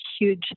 huge